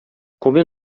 combien